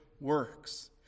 works